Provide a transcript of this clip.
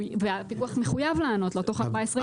והפיקוח מחויב לענות לו תוך 14 יום.